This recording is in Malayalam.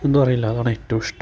എന്തോ അറിയില്ല അതാണ് ഏറ്റോം ഇഷ്ടം